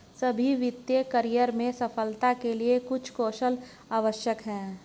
सभी वित्तीय करियर में सफलता के लिए कुछ कौशल आवश्यक हैं